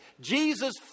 Jesus